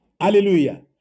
Hallelujah